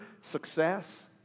success